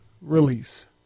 release